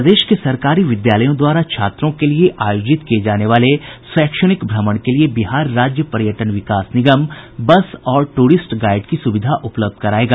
प्रदेश के सरकारी विद्यालयों द्वारा छात्रों के लिए आयोजित किये जाने वाले शैक्षणिक भ्रमण के लिए बिहार राज्य पर्यटन विकास निगम बस और टूरिस्ट गाईड की सुविधा उपलब्ध करायेगा